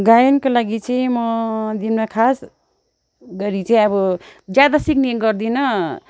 गायनका लागि चाहिँ म दिनमा खास गरी चाहिँ आबो ज्यादा सिक्ने गर्दिनँ